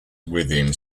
within